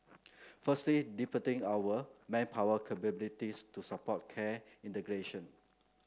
firstly deepening our manpower capabilities to support care integration